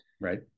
Right